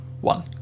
one